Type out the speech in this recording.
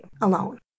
alone